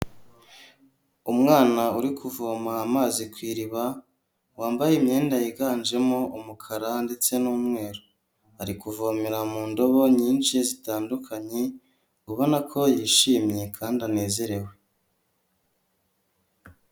Umwana uri kuvoma amazi ku iriba, wambaye imyenda yiganjemo umukara ndetse n'umweru, ari kuvomera mu ndobo nyinshi zitandukanye ubona ko yishimye kandi anezerewe.